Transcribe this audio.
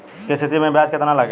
KCC में ब्याज कितना लागेला?